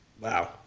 Wow